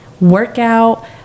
Workout